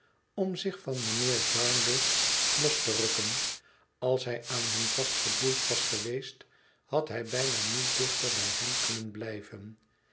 om zich van mijnheer jarndyce los te rukken als hij aan hem vastgeboeid was geweest had hij bijna niet dichter bij hem kunnen blijven